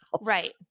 Right